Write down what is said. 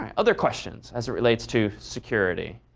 um other questions as it relates to security?